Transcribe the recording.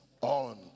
on